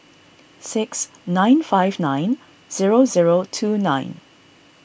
six nine five nine zero zero two nine